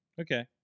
okay